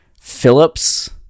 Phillips